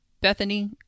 Bethany